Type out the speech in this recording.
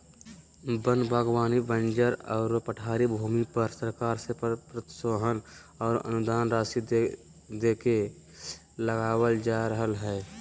वन बागवानी बंजर आरो पठारी भूमि पर सरकार से प्रोत्साहन आरो अनुदान राशि देके लगावल जा रहल हई